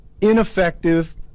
ineffective